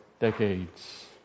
decades